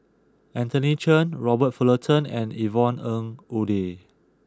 Anthony Chen Robert Fullerton and Yvonne Ng Uhde